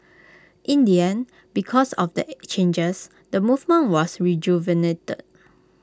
in the end because of the changes the movement was rejuvenated